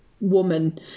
woman